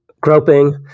groping